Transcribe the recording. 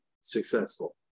successful